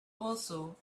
also